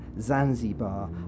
Zanzibar